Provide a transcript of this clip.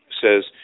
says